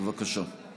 בבקשה.